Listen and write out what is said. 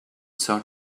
sort